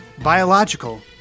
biological